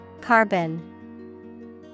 Carbon